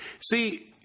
See